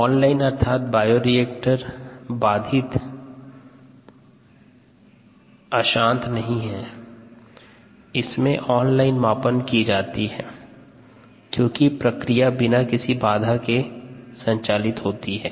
on line अर्थात bioreactor बाधित या अशांत नहीं है इसमें ऑन लाइन मापन की जाती है क्योंकि प्रक्रिया बिना किसी बाधा के संचालित होती है